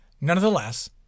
Nonetheless